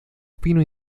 fino